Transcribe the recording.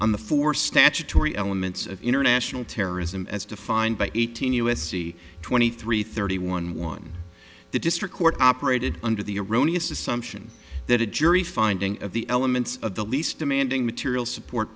on the four statutory elements of international terrorism as defined by eighteen u s c twenty three thirty one one the district court operated under the erroneous assumption that a jury finding of the elements of the least demanding material support